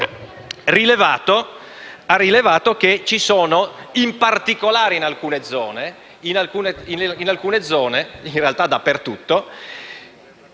ha rilevato che vi sono, in particolare in alcune zone (ma in realtà dappertutto),